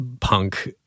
punk